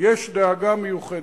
יש דאגה מיוחדת.